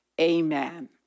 amen